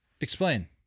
explain